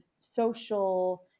social